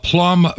Plum